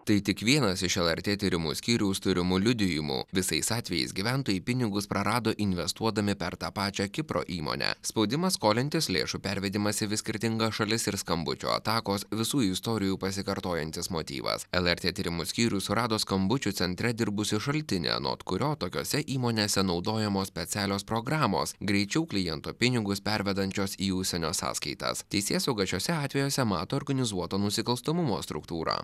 tai tik vienas iš lrt tyrimų skyriaus turimų liudijimų visais atvejais gyventojai pinigus prarado investuodami per tą pačią kipro įmonę spaudimas skolintis lėšų pervedimas į vis skirtingas šalis ir skambučių atakos visų istorijų pasikartojantis motyvas lrt tyrimų skyrius surado skambučių centre dirbusį šaltinį anot kurio tokiose įmonėse naudojamos specialios programos greičiau kliento pinigus pervedančios į užsienio sąskaitas teisėsauga šiose atvejuose mato organizuoto nusikalstamumo struktūrą